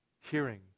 Hearing